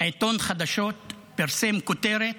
עיתון חדשות פרסם כותרת: